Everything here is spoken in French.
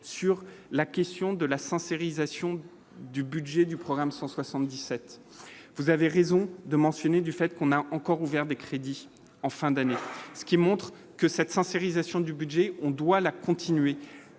sur la question de la sincérisation du budget du programme 177 vous avez raison de mentionner, du fait qu'on a encore ouvert des crédits en fin d'année, ce qui montre que cette sincérisation du budget, on doit la continuer,